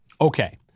Okay